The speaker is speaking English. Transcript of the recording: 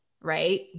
right